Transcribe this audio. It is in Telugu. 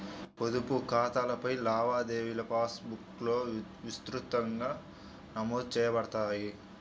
పొదుపు ఖాతాలపై లావాదేవీలుపాస్ బుక్లో విస్తృతంగా నమోదు చేయబడతాయి